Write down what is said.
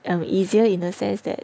err easier in the sense that